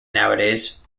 nowadays